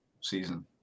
season